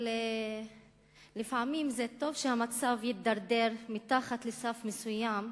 אבל לפעמים טוב שהמצב יידרדר מתחת לסף מסוים,